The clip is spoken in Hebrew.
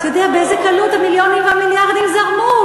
אתה יודע באיזה קלות המיליונים והמיליארדים זרמו?